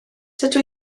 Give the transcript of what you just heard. dydw